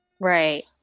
right